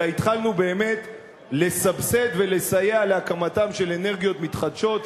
אלא התחלנו באמת לסבסד ולסייע להקמתן של אנרגיות מתחדשות,